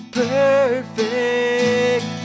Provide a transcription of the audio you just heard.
perfect